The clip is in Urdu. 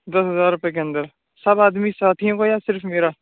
دس ہزار روپئے کے اندر سب آدمی ساتھیوں کا یا صرف میرا